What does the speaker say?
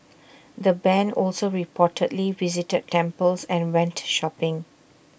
the Band also reportedly visited temples and went shopping